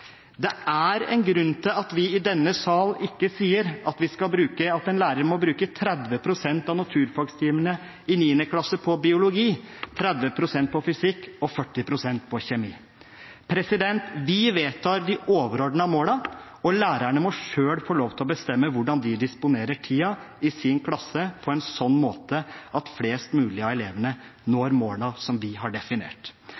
Det er en grunn til at vi i denne sal ikke sier at en lærer må bruke 30 pst. av naturfagtimene i 9. klasse på biologi, 30 pst. på fysikk og 40 pst. på kjemi. Vi vedtar de overordnede målene, og lærerne må selv få lov til å bestemme hvordan de disponerer tiden i sin klasse på en slik måte at flest mulig av elevene når målene som vi har definert.